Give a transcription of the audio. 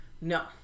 No